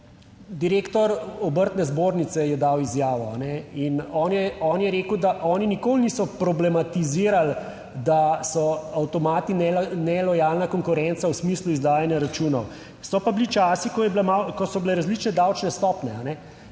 Direktor Obrtne zbornice je dal izjavo in on je rekel, da oni nikoli niso problematizirali, da so avtomati nelojalna konkurenca v smislu izdajanja računov. So pa bili časi, ko je bila, ko so bile različne davčne stopnje,